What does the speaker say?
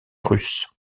russes